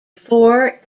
four